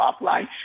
offline